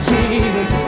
Jesus